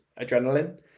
adrenaline